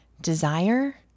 desire